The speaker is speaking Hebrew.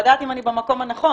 לדעת אם אני במקום הנכון.